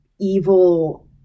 evil